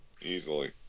easily